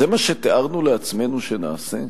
זה מה שתיארנו לעצמנו שנעשה?